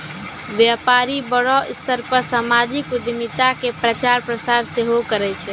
व्यपारी बड़ो स्तर पे समाजिक उद्यमिता के प्रचार प्रसार सेहो करै छै